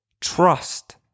Trust